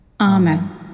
Amen